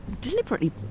deliberately